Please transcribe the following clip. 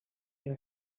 hear